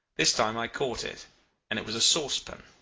this time i caught it and it was a saucepan.